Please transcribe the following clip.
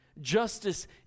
justice